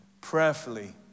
prayerfully